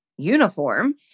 Uniform